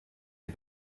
les